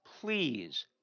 please